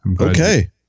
Okay